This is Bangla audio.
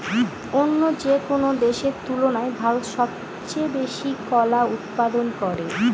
অন্য যেকোনো দেশের তুলনায় ভারত সবচেয়ে বেশি কলা উৎপাদন করে